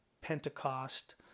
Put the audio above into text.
pentecost